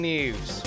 News